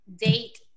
date